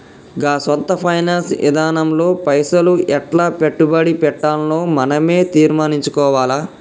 గా సొంత ఫైనాన్స్ ఇదానంలో పైసలు ఎట్లా పెట్టుబడి పెట్టాల్నో మనవే తీర్మనించుకోవాల